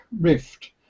rift